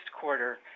quarter